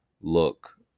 look